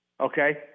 okay